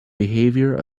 behavior